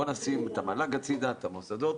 בוא נשים את המל"ג בצד, את המוסדות.